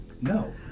No